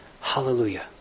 Hallelujah